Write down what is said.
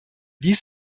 dies